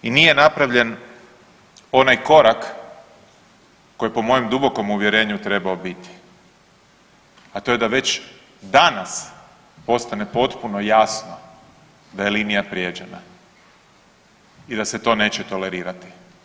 I nije napravljen onaj korak koji je po mom dubokom uvjerenju trebao biti, a to je da već danas postane potpuno jasno da je linija prijeđena i da se to neće tolerirati.